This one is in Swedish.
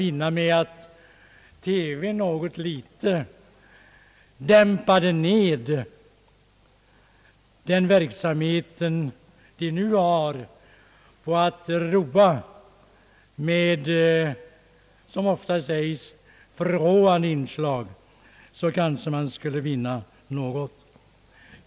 Kunde man få TV att dämpa ned sin vana att roa genom program med, som det ofta heter, förråande inslag, kanske man skulle vinna något.